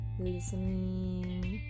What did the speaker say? listening